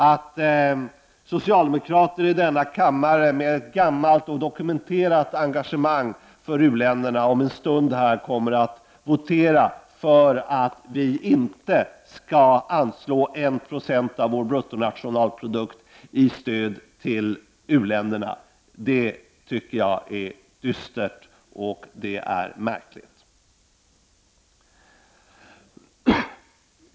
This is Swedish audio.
Att socialdemokrater i denna kammare med ett gammalt och dokumenterat engagemang för u-länderna om en stund kommer att votera för att vi inte skall anslå 196 av vår BNP i stöd till uländerna, tycker jag är dystert och märkligt.